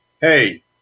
hey